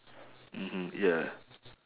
mmhmm ya